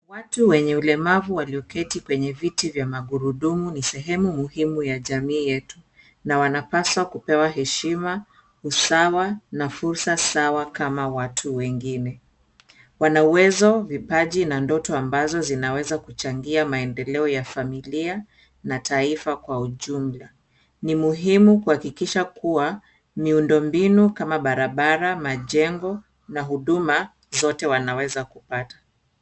Watu wenye ulemavu walioketi kwenye viti vya magurudumu ni sehemu muhimu ya jamii yetu na wanapaswa kupewa heshima, usawa na fursa sawa kama watu wengine. Wana uwezo, vipaji na ndoto ambazo zinaweza kuchangia maendeleo ya familia na taifa kwa ujumla. Ni muhimu kuhakikisha kuwa miundombinu kama barabara, majengo na huduma zote wanaweza kupata.